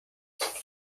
atlanta